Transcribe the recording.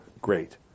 great